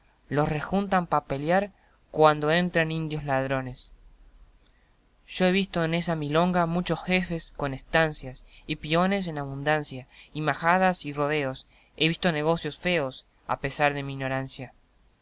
los rejuntan pa peliar cuando entran indios ladrones yo he visto en esa milonga muchos jefes con estancia y piones en abundancia y majadas y rodeos he visto negocios feos a pesar de mi inorancia